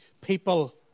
people